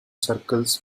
circles